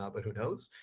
ah but who knows?